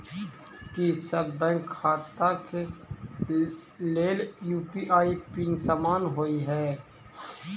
की सभ बैंक खाता केँ लेल यु.पी.आई पिन समान होइ है?